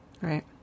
Right